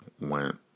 went